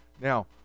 now